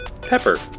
pepper